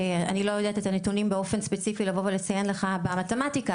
אני לא יודעת את הנתונים באופן ספציפי לבוא ולציין לך במתמטיקה,